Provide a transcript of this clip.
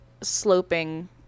sloping